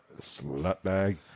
Slutbag